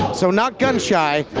so, not gun shy.